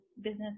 business